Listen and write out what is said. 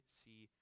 see